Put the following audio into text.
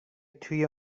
توی